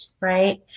right